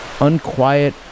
Unquiet